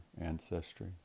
ancestry